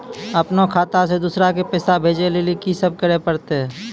अपनो खाता से दूसरा के पैसा भेजै लेली की सब करे परतै?